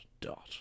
dot